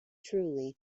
trulli